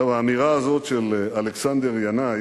טוב, האמירה הזאת של אלכסנדר ינאי